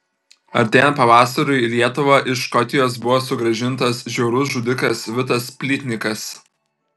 artėjant pavasariui į lietuvą iš škotijos buvo sugrąžintas žiaurus žudikas vitas plytnikas